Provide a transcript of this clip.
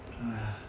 !haiya!